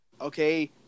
okay